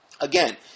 Again